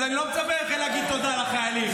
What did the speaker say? אז אני לא מצפה מכם להגיד תודה לחיילים,